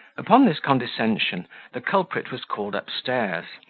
upon this condescension the culprit was called up-stairs,